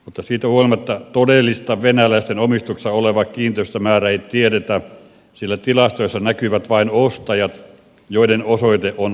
mutta siitä huolimatta todellista venäläisten omistuksessa olevaa kiinteistömäärää ei tiedetä sillä tilastoissa näkyvät vain ostajat joiden osoite on venäjällä